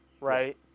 right